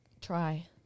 try